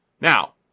Now